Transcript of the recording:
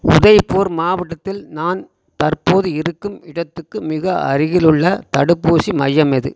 உதய்பூர் மாவட்டத்தில் நான் தற்போது இருக்கும் இடத்துக்கு மிக அருகில் உள்ள தடுப்பூசி மையம் எது